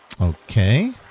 Okay